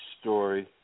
story